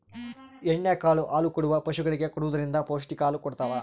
ಎಣ್ಣೆ ಕಾಳು ಹಾಲುಕೊಡುವ ಪಶುಗಳಿಗೆ ಕೊಡುವುದರಿಂದ ಪೌಷ್ಟಿಕ ಹಾಲು ಕೊಡತಾವ